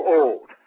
old